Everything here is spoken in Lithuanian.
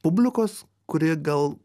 publikos kuri gal